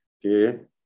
que